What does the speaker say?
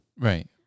Right